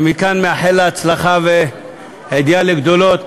שמכאן אני מאחל לה הצלחה והגעה לגדולות,